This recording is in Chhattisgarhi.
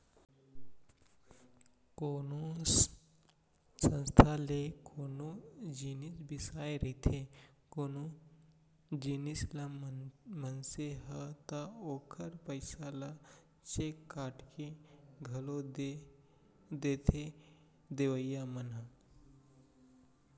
कोनो संस्था ले कोनो जिनिस बिसाए रहिथे कोनो जिनिस ल मनसे ह ता ओखर पइसा ल चेक काटके के घलौ दे देथे देवइया मन ह